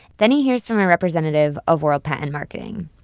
then he hears from a representative of world patent marketing.